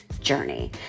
journey